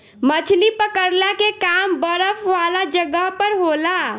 मछली पकड़ला के काम बरफ वाला जगह पर होला